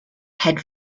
had